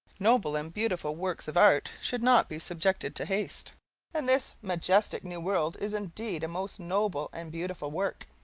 noble and beautiful works of art should not be subjected to haste and this majestic new world is indeed a most noble and beautiful work.